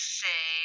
say